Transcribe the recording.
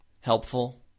helpful